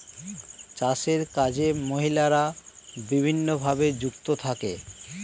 চাষের কাজে মহিলারা বিভিন্নভাবে যুক্ত থাকে